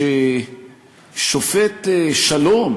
ששופט שלום